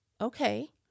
Okay